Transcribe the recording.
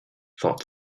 thought